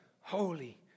Holy